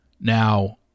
Now